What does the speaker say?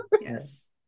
Yes